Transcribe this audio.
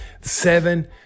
Seven